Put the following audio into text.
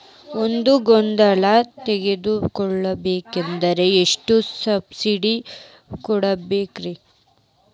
ಒಂದು ಆಕಳ ತಗೋಬೇಕಾದ್ರೆ ಎಷ್ಟು ಸಬ್ಸಿಡಿ ಕೊಡ್ತಾರ್?